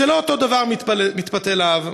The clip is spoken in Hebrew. זה לא אותו דבר, מתפתל האב.